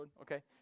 Okay